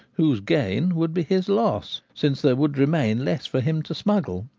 whose gains would be his loss, since there would remain less for him to smuggle.